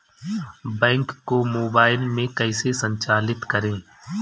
Bank को mobile में कैसे संचालित करें?